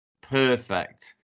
perfect